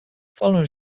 following